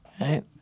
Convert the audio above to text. right